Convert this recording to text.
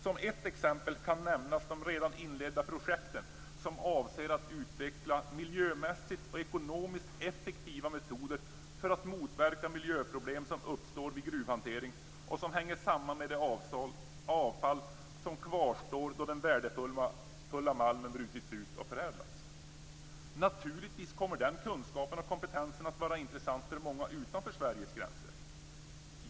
Som ett exempel kan nämnas de redan inledda projekten som avser att utveckla miljömässigt och ekonomiskt effektiva metoder för att motverka miljöproblem som uppstår vid gruvhantering och som hänger samman med det avfall som kvarstår då den värdefulla malmen brutits ut och förädlats. Naturligtvis kommer den kunskapen och kompetensen att vara intressant för många utanför Sveriges gränser.